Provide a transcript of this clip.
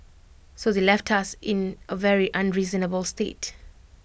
so they left us in A very unreasonable state